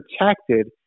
protected